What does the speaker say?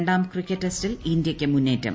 രണ്ടാം ക്രിക്കറ്റ് ടെസ്റ്റിൽ ഇന്ത്യയ്ക്ക് മുന്നേറ്റം